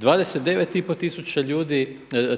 29,5 tisuća